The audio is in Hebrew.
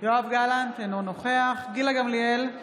בהצבעה יואב גלנט, אינו נוכח גילה גמליאל,